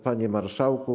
Panie Marszałku!